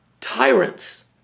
tyrants